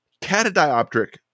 catadioptric